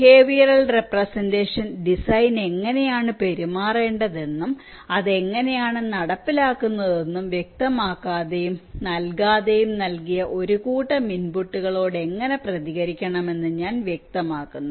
behavioural representation design എങ്ങനെയാണ് പെരുമാറേണ്ടതെന്നും അത് എങ്ങനെയാണ് നടപ്പിലാക്കുന്നതെന്ന് വ്യക്തമാക്കാതെയും നൽകാതെയും നൽകിയ ഒരു കൂട്ടം ഇൻപുട്ടുകളോട് എങ്ങനെ പ്രതികരിക്കണമെന്ന് ഞാൻ വ്യക്തമാക്കുന്നു